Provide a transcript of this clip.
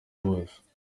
bose